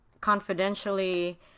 confidentially